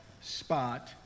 spot